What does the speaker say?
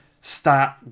start